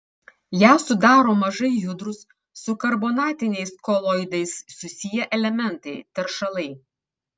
ją sudaro mažai judrūs su karbonatiniais koloidais susiję elementai teršalai